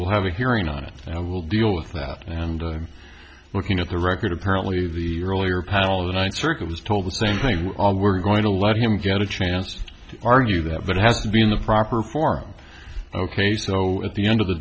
we'll have a hearing on it and i will deal with that and i'm looking at the record apparently the earlier panel of the ninth circuit was told the same thing we're going to let him get a chance to argue that but it has to be in the proper form ok so at the end of the